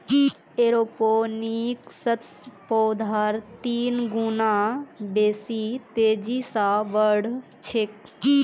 एरोपोनिक्सत पौधार तीन गुना बेसी तेजी स बढ़ छेक